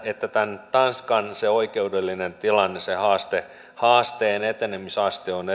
että tanskan oikeudellinen tilanne sen haasteen etenemisaste on